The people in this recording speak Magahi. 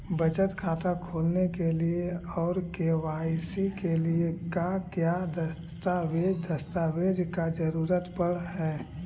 बचत खाता खोलने के लिए और के.वाई.सी के लिए का क्या दस्तावेज़ दस्तावेज़ का जरूरत पड़ हैं?